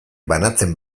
banatzen